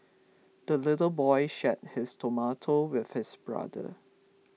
the little boy shared his tomato with his brother